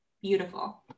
Beautiful